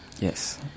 Yes